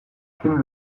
film